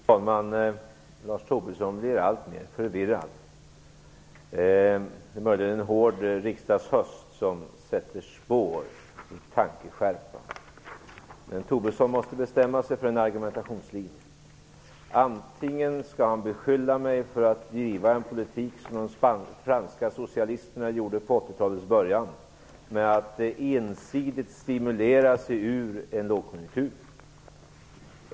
Fru talman! Lars Tobisson blir alltmer förvirrande. Det är möjligen en hård riksdagshöst som sätter spår i tankeskärpan. Tobisson måste bestämma sig för en argumentationslinje. Antingen skall han beskylla mig för att driva en politik som de franska socialisterna gjorde på 80-talets början, med att ensidigt stimulera sig ur en lågkonjunktur.